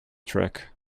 trick